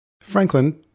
Franklin